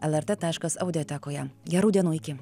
lrt taškas audiotekoje gerų dienų iki